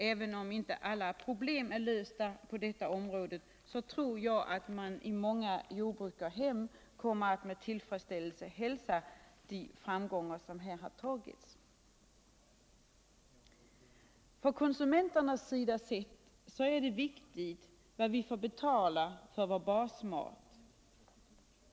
Även om inte alla problem är lösta på detta område, så tror jag att man i många jordbrukarhem kommer att med tillfredsställelse hälsa de framgångar som här har vunnits. Från konsumenternas sida sett är det viktigt vad vi får betala för vår basmat.